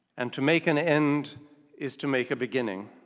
and to make an end is to make a beginning.